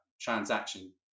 transaction